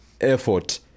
effort